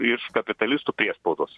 iš kapitalistų priespaudos